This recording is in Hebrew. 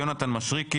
יונתן מישרקי.